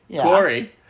Corey